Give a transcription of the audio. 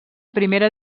primera